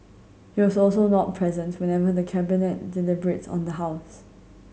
he was also not present whenever the Cabinet deliberates on the house